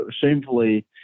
shamefully